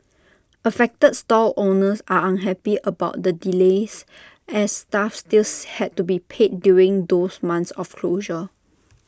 affected stall owners are unhappy about the delays as staff still had to be paid during those months of closure